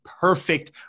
perfect